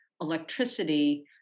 electricity